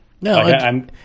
No